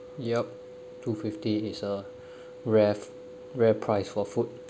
yup two fifty is a rare rare price for food